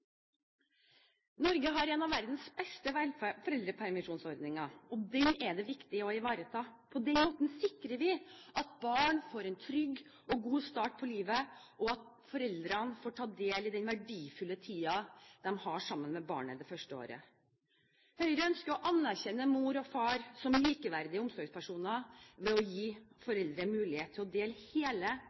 Norge har en av verdens beste foreldrepermisjonsordninger, og den er det viktig å ivareta. På denne måten sikrer vi at barn får en trygg og god start på livet, og at foreldrene får ta del i den verdifulle tiden de har sammen med barnet det første året. Høyre ønsker å anerkjenne mor og far som likeverdige omsorgspersoner ved å gi foreldre mulighet til å dele hele